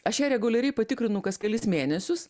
aš ją reguliariai patikrinu kas kelis mėnesius